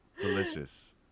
Delicious